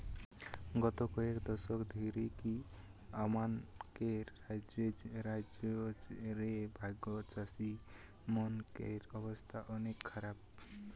গত কয়েক দশক ধরিকি আমানকের রাজ্য রে ভাগচাষীমনকের অবস্থা অনেক খারাপ